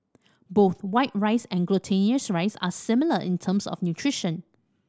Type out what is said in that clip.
both white rice and glutinous rice are similar in terms of nutrition